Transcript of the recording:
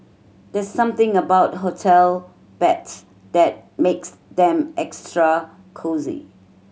there's something about hotel beds that makes them extra cosy